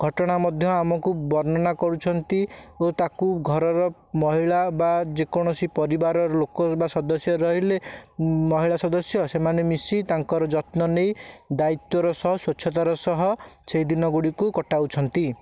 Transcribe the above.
ଘଟଣା ମଧ୍ୟ ଆମକୁ ବର୍ଣ୍ଣନା କରୁଛନ୍ତି ଓ ତାକୁ ଘରର ମହିଳା ବା ଯେ କୌଣସି ପରିବାରର ଲୋକ ବା ସଦସ୍ଯ ରହିଲେ ମହିଳା ସଦସ୍ଯ ସେମାନେ ମିଶି ତାଙ୍କର ଯତ୍ନ ନେଇ ଦାୟିତ୍ବ ର ସହ ସ୍ୱଚ୍ଛତାର ସହ ସେଇ ଦିନ ଗୁଡ଼ିକୁ କଟାଉଛନ୍ତି